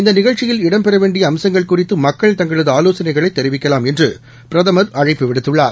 இந்தநிகழ்ச்சியில்இடம்பெறவேண்டியஅம்சங்கள்குறித்துமக்கள்தங் களதுஆலோசனைகளைத்தெரிவிக்கலாம்என்றுபிரதமர்அழைப்புவிடுத்து ள்ளார்